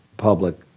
public